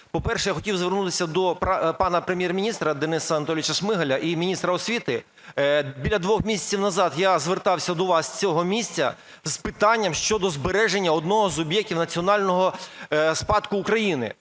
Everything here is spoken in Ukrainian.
По-перше, я хотів звернутися до пана Премєр-міністра Дениса Анатолійовича Шмигаля і міністра освіти. Біля двох місяців назад я звертався до вас з цього місця з питанням щодо збереження одного з об'єктів національного спадку України,